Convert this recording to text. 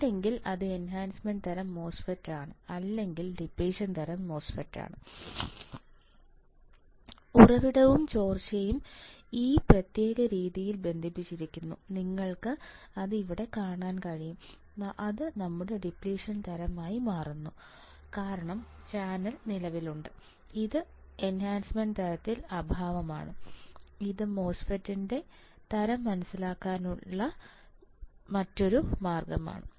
ഉണ്ടെങ്കിൽ അത് എൻഹാൻസ്മെൻറ് തരം MOSFET ആണ് അല്ലെങ്കിൽ ഡിപ്ലിഷൻ തരം MOSFET ആണ് ഉറവിടവും ചോർച്ചയും ഈ പ്രത്യേക രീതിയിൽ ബന്ധിപ്പിച്ചിരിക്കുന്നു നിങ്ങൾക്ക് അത് ഇവിടെ കാണാൻ കഴിയും അത് നമ്മുടെ ഡിപ്ലിഷൻ തരമായി മാറുന്നു കാരണം ചാനൽ നിലവിലുണ്ട് ഇത് എൻഹാൻസ്മെൻറ് തരത്തിൽ അഭാവമാണ് ഇത് മോസ്ഫെറ്റിന്റെ തരം മനസിലാക്കുന്നതിനോ തിരിച്ചറിയുന്നതിനോ ഉള്ള മറ്റൊരു മാർഗമാണ്